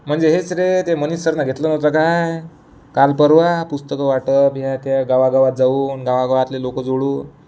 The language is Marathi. म्हणजे हेच रे ते मनीस सरनं घेतलं नव्हतं काय काल परवा पुस्तकं वाटप या त्या गावागावात जाऊन गावागावातले लोकं जोडून